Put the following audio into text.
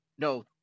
No